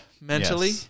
mentally